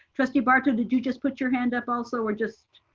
trustee barto did you just put your hand up also or just